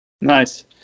Nice